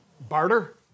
barter